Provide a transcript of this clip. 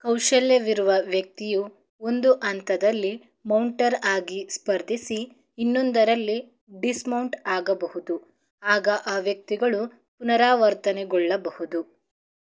ಕೌಶಲ್ಯವಿರುವ ವ್ಯಕ್ತಿಯು ಒಂದು ಹಂತದಲ್ಲಿ ಮೌಂಟರ್ ಆಗಿ ಸ್ಪರ್ಧಿಸಿ ಇನ್ನೊಂದರಲ್ಲಿ ಡಿಸ್ಮೌಂಟ್ ಆಗಬಹುದು ಆಗ ಆ ವ್ಯಕ್ತಿಗಳು ಪುನರಾವರ್ತನೆಗೊಳ್ಳಬಹುದು